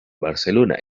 barcelona